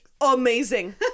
Amazing